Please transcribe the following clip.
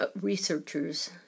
researchers